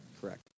Correct